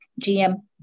GM